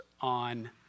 on